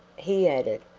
he added,